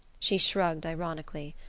she shrugged ironically.